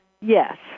Yes